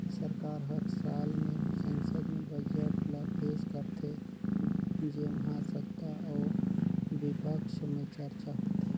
सरकार हर साल में संसद में बजट ल पेस करथे जेम्हां सत्ता अउ बिपक्छ में चरचा होथे